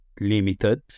limited